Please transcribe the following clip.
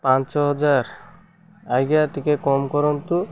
ପାଞ୍ଚ ହଜାର ଆଜ୍ଞା ଟିକେ କମ୍ କରନ୍ତୁ